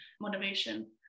motivation